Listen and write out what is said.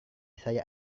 saya